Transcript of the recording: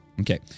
Okay